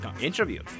interview